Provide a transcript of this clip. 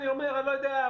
אני לא יודע,